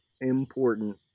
important